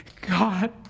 God